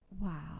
Wow